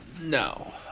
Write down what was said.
no